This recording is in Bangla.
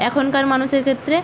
এখনকার মানুষের ক্ষেত্রে